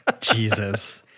Jesus